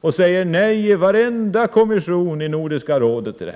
De säger nej i varenda kommission i Nordiska rådet.